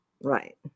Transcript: Right